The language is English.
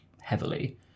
heavily